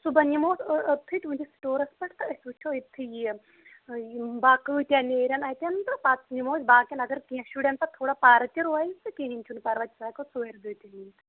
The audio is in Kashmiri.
صُبحن یِمو أسۍ اوٚتھٕے تُہندِس سِٹورَس پٮ۪ٹھ تہٕ أسۍ وٕچھو أتتِھی یہِ یِم باقٕے کۭتیاہ نٮ۪رن اَتٮ۪ن تہٕ پَتہٕ نِمو أسۍ باقٮ۪ن اگر کیٚنٛہہ شُرٮ۪ن پَتہٕ تھوڑا پَرِ تہِ روزِ تہٕ کِہیٖنۍ چھُنہٕ پرواے سُہ ہیٚکو ژورِ دُہہِ تہِ نِتھ